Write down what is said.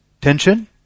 Tension